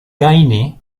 gajni